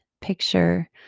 picture